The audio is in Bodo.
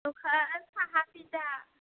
दखान साहा सिदा